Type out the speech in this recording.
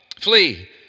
Flee